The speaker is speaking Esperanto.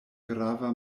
grava